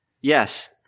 Yes